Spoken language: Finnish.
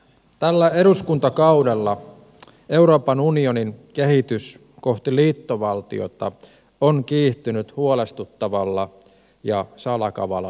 tällä eduskuntakaudella euroopan unionin kehitys kohti liittovaltiota on kiihtynyt huolestuttavalla ja salakavalalla tavalla